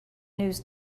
news